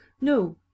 no